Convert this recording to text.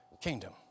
kingdom